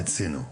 מיצינו.